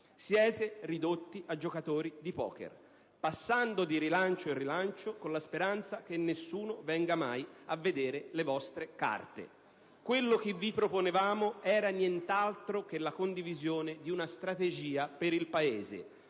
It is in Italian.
Siete ridotti a giocatori di poker che, passando di rilancio in rilancio, sperano che nessuno venga mai a vedere le vostre carte. Quello che vi proponevamo era nient'altro che la condivisione di una strategia per il Paese,